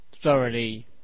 Thoroughly